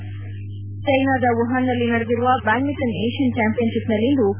ಚ್ಚೆನಾದ ವುಹಾನ್ನಲ್ಲಿ ನಡೆದಿರುವ badminton Asian ಚಾಂಪಿಯನ್ಶಿಪ್ನಲ್ಲಿಂದು ಹಿ